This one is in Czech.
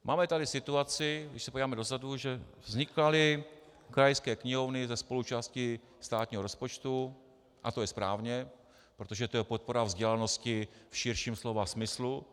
Máme tady situaci, když se podíváme dozadu, že vznikaly krajské knihovny za spoluúčasti státního rozpočtu, a to je správně, protože to je podpora vzdělanosti v širším slova smyslu.